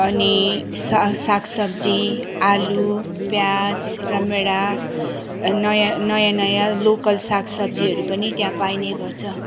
अनि सा सागसब्जी आलु प्याज रमभेडा नयाँ नयाँ नयाँ लोकल सागसब्जीहरू पनि त्यहाँ पाइने गर्छ